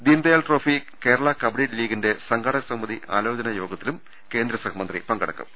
ദീൻ Dayal trophy Kerala kabaddi ലീഗിന്റെ സംഘാടകസമിതി ആലോചനായോഗത്തിലും അദ്ദേഹം പങ്കെടുക്കും